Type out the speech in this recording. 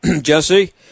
Jesse